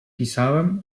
pisałem